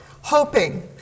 hoping